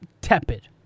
tepid